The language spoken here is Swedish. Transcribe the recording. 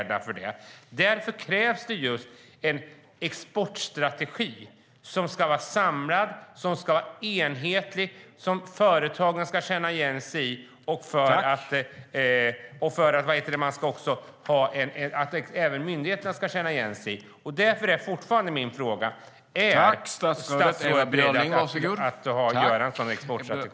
Därför krävs det en exportstrategi som ska vara samlad och enhetlig och som företag och myndigheter ska känna igen sig i. Därför är fortfarande min fråga: Är statsrådet beredd att utforma en sådan exportstrategi?